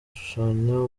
ashushanya